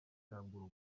cyangwa